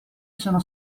sono